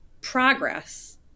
progress